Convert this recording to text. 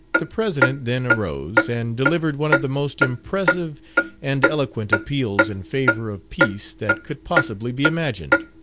the president then arose, and delivered one of the most impressive and eloquent appeals in favour of peace that could possibly be imagined.